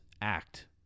act